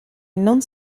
non